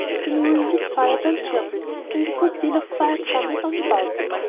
the newly-lit fire burned cheerfully, and a good deal of quiet fun went on about it.